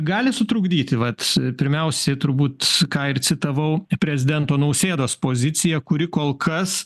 gali sutrukdyti vat pirmiausia turbūt ką ir citavau prezidento nausėdos pozicija kuri kol kas